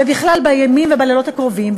ובכלל בימים ובלילות הקרובים,